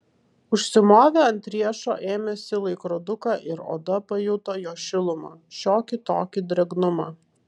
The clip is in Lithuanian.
užsimovė ant riešo ėmėsi laikroduką ir oda pajuto jo šilumą šiokį tokį drėgnumą